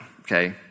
okay